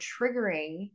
triggering